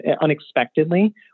unexpectedly